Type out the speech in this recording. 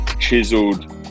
chiseled